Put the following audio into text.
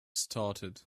started